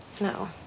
No